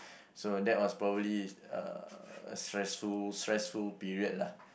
so that was probably uh stressful stressful period lah